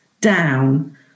down